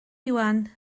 iwan